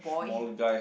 small guy